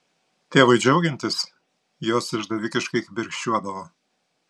tėvui džiaugiantis jos išdavikiškai kibirkščiuodavo